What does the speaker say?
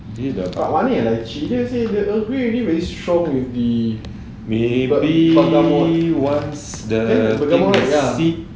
tak manis ah agree very strong ya